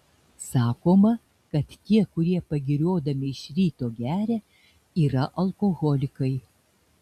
sakoma kad tie kurie pagiriodami iš ryto geria yra alkoholikai